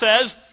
says